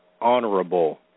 honorable